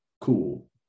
Cool